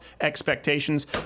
expectations